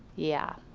yeah.